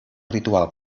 ritual